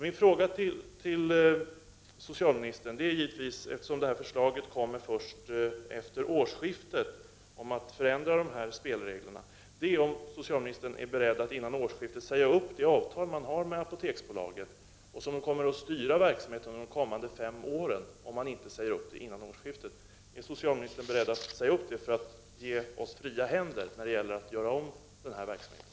Min fråga till socialministern är — eftersom förslaget kommer först efter årsskiftet om att förändra dessa spelregler — om socialministern är beredd att före årsskiftet säga upp avtalet med Apoteksbolaget, som kommer att styra verksamheten under de kommande fem åren om man inte säger upp det före årsskiftet, för att ge oss fria händer när det gäller att göra om verksamheten.